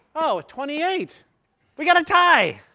oh, twenty eight we got a tie.